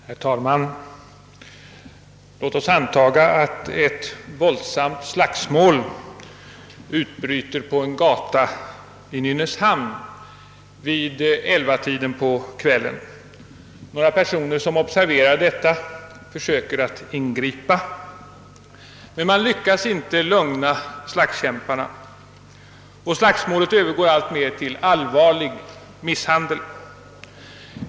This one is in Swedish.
Herr talman! Låt oss anta att ett våldsamt slagsmål utbryter på en gata i Nynäshamn vid 11-tiden på kvällen! Några personer som observerar detta försöker ingripa, men man lyckas inte lugna ned slagskämparna. Slagsmålet övergår alltmer till allvarlig misshandel.